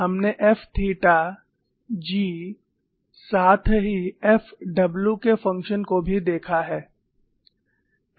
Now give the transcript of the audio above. हमने f theta G साथ ही F w के फंक्शन को भी देखा है